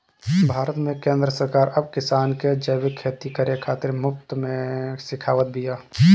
भारत में केंद्र सरकार अब किसान के जैविक खेती करे खातिर मुफ्त में सिखावत बिया